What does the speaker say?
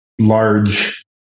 large